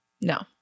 No